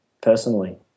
personally